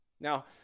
Now